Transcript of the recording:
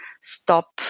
stop